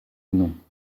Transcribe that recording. non